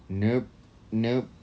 nope nope